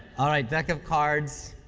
all right, deck of cards.